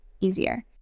easier